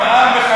הוא לא מסכים.